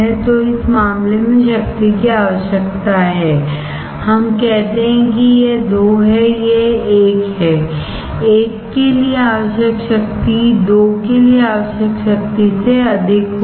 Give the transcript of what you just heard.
तो इस मामले में शक्ति की आवश्यकता है कि हम कहते हैं कि यह 2 है यह 1 है 1 के लिए आवश्यक शक्ति 2 के लिए आवश्यक शक्ति से अधिक होगी